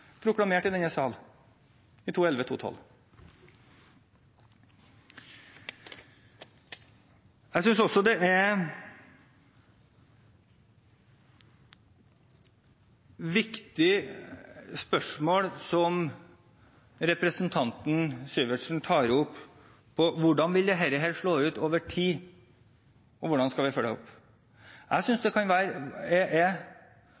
proklamert i denne sal i 2011–2012. Jeg synes også det er et viktig spørsmål som representanten Syversen tar opp om hvordan dette vil slå ut over tid, og hvordan vi skal følge det opp. Jeg synes det